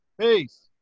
Peace